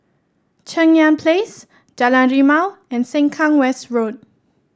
Cheng Yan Place Jalan Rimau and Sengkang West Road